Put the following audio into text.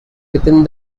within